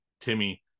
Timmy